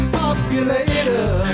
populator